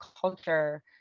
culture